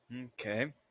Okay